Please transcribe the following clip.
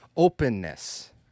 Openness